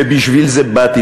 ובשביל זה באתי,